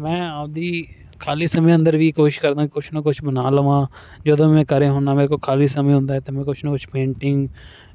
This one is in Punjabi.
ਮੈਂ ਆਪਦੀ ਖਾਲੀ ਸਮੇਂ ਅੰਦਰ ਵੀ ਕੋਸ਼ਿਸ਼ ਕਰਦਾ ਕੁਛ ਨਾ ਕੁਛ ਬਣਾਲਵਾਂ ਜਦੋਂ ਮੈਂ ਘਰੇ ਹੁੰਨਾ ਮੇਰੇ ਕੋਲ ਖਾਲੀ ਸਮੇ ਹੁੰਦਾ ਐ ਤੇ ਮੈਂ ਕੁਛ ਨਾ ਕੁਛ ਪੇਂਟਿੰਗ